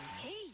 Hey